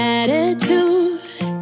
attitude